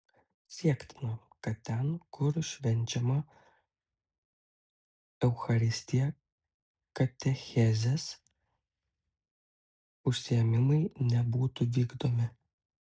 siektina kad ten kur švenčiama eucharistija katechezės užsiėmimai nebūtų vykdomi